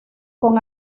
con